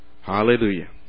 Hallelujah